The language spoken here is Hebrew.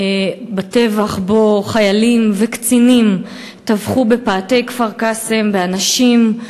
הטבח שבו חיילים וקצינים טבחו בפאתי כפר-קאסם באנשים,